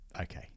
okay